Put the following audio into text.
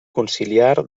conciliar